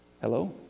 Hello